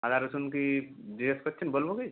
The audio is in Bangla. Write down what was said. আদা রসুন কি জিজ্ঞেস করছেন বলবো কি